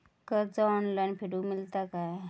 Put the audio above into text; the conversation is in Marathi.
कर्ज ऑनलाइन फेडूक मेलता काय?